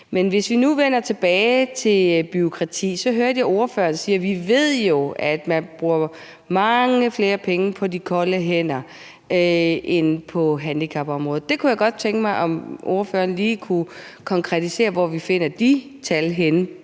om. Hvis vi nu vender tilbage til spørgsmålet om bureaukrati, så hørte jeg ordføreren sige, at vi jo ved, at man bruger mange flere penge på de kolde hænder end på handicapområdet. Jeg kunne godt tænke mig at høre, om ordføreren lige kunne konkretisere, hvor vi finder de tal, der